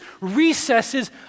recesses